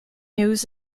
news